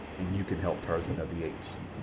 and you can help tarzan of the apes.